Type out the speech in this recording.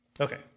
Okay